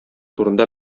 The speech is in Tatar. турында